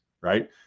right